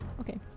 Okay